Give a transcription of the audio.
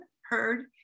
heard